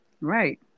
right